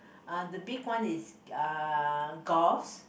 uh the big one is uh Give's